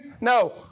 No